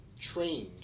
trained